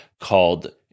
called